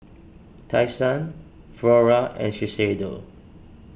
Tai Sun Flora and Shiseido